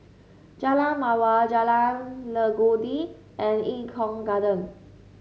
Jalan Mawar Jalan Legundi and Eng Kong Garden